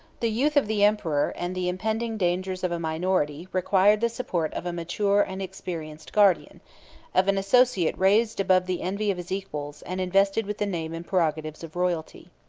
the youth of the emperor, and the impending dangers of a minority, required the support of a mature and experienced guardian of an associate raised above the envy of his equals, and invested with the name and prerogatives of royalty.